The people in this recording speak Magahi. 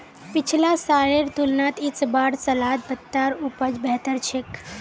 पिछला सालेर तुलनात इस बार सलाद पत्तार उपज बेहतर छेक